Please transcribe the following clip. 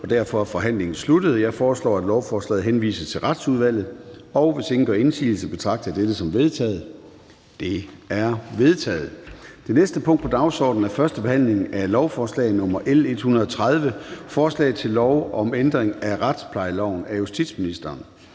derfor er forhandlingen sluttet. Jeg foreslår, at lovforslaget henvises til Retsudvalget. Hvis ingen gør indsigelse, betragter jeg dette som vedtaget. Det er vedtaget. --- Det næste punkt på dagsordenen er: 14) 1. behandling af beslutningsforslag nr. B 108: Forslag til folketingsbeslutning om at ændre